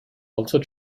also